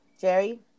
Jerry